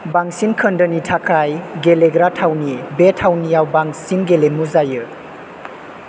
बांसिन खोन्दोनि थाखाय गेलेग्रा थावनि बे थावनियाव बांसिन गेलेमु जायो